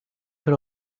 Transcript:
hora